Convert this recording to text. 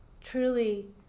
truly